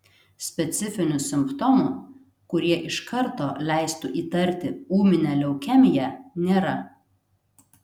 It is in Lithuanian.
specifinių simptomų kurie iš karto leistų įtarti ūminę leukemiją nėra